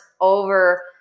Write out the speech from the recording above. over